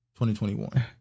2021